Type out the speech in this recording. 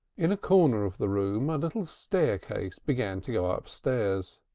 in a corner of the room a little staircase began to go upstairs.